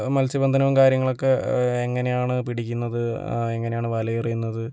മത്സ്യബന്ധനവും കാര്യങ്ങളക്കെ എങ്ങനെയാണ് പിടിയ്ക്കുന്നത് എങ്ങനെയാണ് വല എറിയുന്നത്